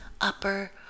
upper